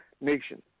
nation